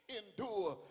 endure